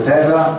Terra